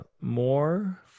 more